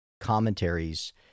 commentaries